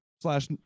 slash